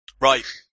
Right